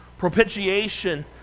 Propitiation